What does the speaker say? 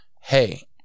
hey